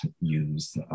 use